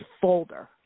folder